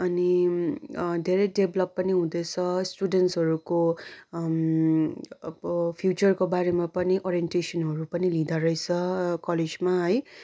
अनि धेरै डेभलप पनि हुँदैछ स्टुडेन्ट्सरूको अब फ्युचरको बारेमा पनि ओरियन्टेसनहरू पनि लिँदोरहेछ कलेजमा है